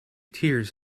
tears